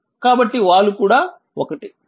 కాబట్టి వాలు కూడా 1